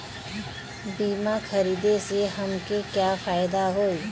बीमा खरीदे से हमके का फायदा होई?